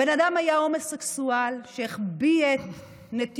הבן אדם היה הומוסקסואל שהחביא את נטיותיו.